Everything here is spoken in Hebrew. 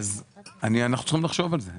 אנחנו צריכים לחשוב על זה.